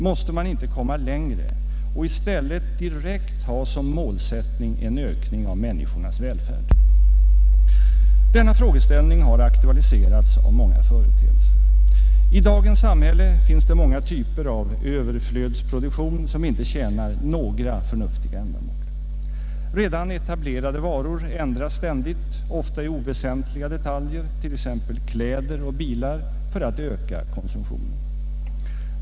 Måste man inte komma längre och i stället direkt ha som målsättning en ökning av människornas välfärd? Denna frågeställning har aktualiserats av många företeelser. I dagens samhälle finns det många typer av »överflödsproduktion» som inte tjänar något förnuftigt ändamål. Redan etablerade varor ändras ständigt, ofta i oväsentliga detaljer, t.ex. kläder och bilar, för att öka konsumtionen.